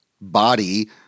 body